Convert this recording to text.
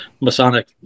Masonic